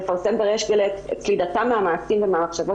לפרסם בריש גליי את סלידתה מהמעשים והמחשבות